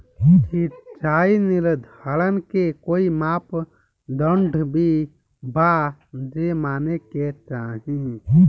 सिचाई निर्धारण के कोई मापदंड भी बा जे माने के चाही?